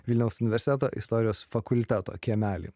vilniaus universiteto istorijos fakulteto kiemelį